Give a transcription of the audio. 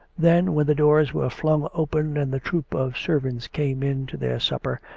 then, when the doors were flung open and the troop of servants came in to their supper,